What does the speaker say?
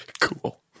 Cool